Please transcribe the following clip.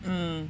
um